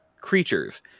creatures